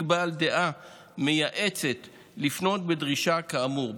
בעל דעה מייעצת לפנות בדרישה כאמור.